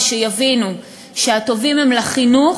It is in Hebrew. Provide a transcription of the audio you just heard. ושיבינו שהטובים הם לחינוך,